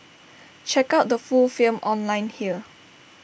check out the full film online here